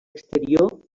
exterior